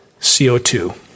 CO2